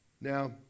Now